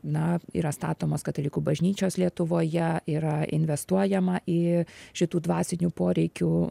na yra statomos katalikų bažnyčios lietuvoje yra investuojama į šitų dvasinių poreikių